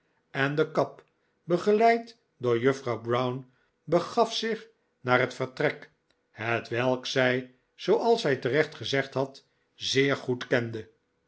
en de kap begeleid door juffrouw brown begaf zich naar hetvertrek hetwelk zij zooals zij terecht gezegd had zeer goed kende